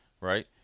right